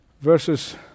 versus